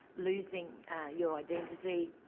losing your identity,